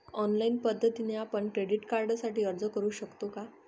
Online पद्धतीने आपण credit कार्डसाठी अर्ज करु शकतो का?